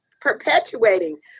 perpetuating